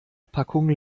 packung